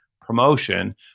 promotion